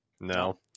No